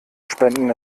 spenden